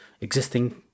existing